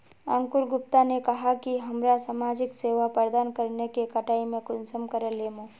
अंकूर गुप्ता ने कहाँ की हमरा समाजिक सेवा प्रदान करने के कटाई में कुंसम करे लेमु?